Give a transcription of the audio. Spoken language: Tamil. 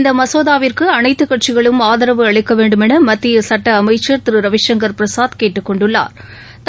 இந்த மசோதாவிற்கு அனைத்துக் கட்சிகளும் ஆதரவு அளிக்க வேண்டுமென மத்திய சட்ட அமைச்சா் திரு ரவிசங்கா் பிரசாத் கேட்டுக் கொண்டுள்ளாா்